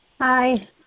Hi